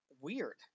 weird